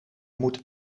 moet